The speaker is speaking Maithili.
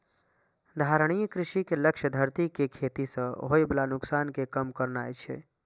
धारणीय कृषि के लक्ष्य धरती कें खेती सं होय बला नुकसान कें कम करनाय छै